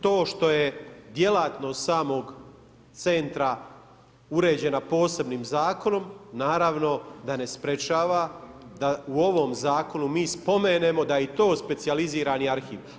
To što je djelatnost samog centra uređena posebnim zakonom, naravno da ne sprečava da u ovom zakonu mi spomenemo da je i to specijalizirani arhiv.